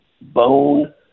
bone